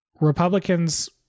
Republicans